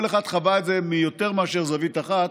כל אחד חווה את זה ביותר מאשר זווית אחת.